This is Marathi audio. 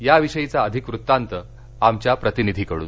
याविषयीचा अधिक वृत्तांत आमच्या प्रतिनिधीकडून